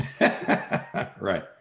Right